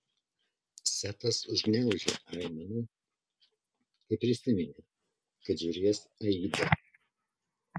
setas užgniaužė aimaną kai prisiminė kad žiūrės aidą